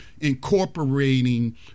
incorporating